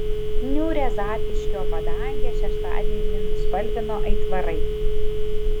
niūrią zapyškio padangę šeštadienį nuspalvino aitvarai